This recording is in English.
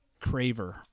Craver